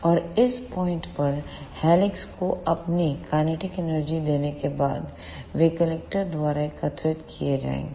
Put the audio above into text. और इस पॉइंट पर हेलिक्स को अपनी काइनेटिक एनर्जी देने के बाद वे कलेक्टर द्वारा एकत्र किए जाएंगे